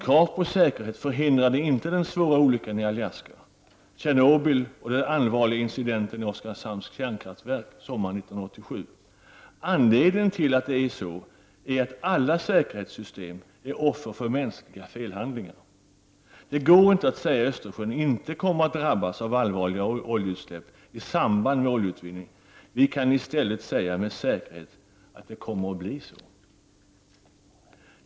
Krav på säkerhet förhindrade inte den svåra olyckan i Alaska, Tjernobyl och den allvarliga incidenten i Oskarshamns kärnkraftsverk sommaren 1987. Anledningen till att det är så är att alla säkerhetssystem är offer för mänskliga felbehandlingar. Det går inte att säga att Östersjön inte kommer att drabbas av allvarliga oljeutsläpp i samband med oljeutvinning. Vi kan i stället säga med säkerhet att det kommer att bli så.